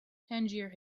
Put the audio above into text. tangier